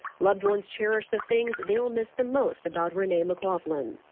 loved ones cherish the things they will miss the most about renee mclaughlin.